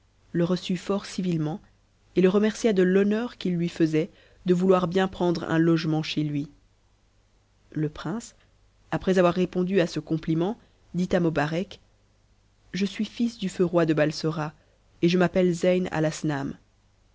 le reçut fort civilement et le remercia de l'honneur qu'il lui faisait de vouloir bien prendre un logement chez lui le prince après avoir répondu à ce complitnent dit à mobarec je suis fus du feu roi de balsora et je m'appelle xeyn alasnam